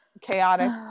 chaotic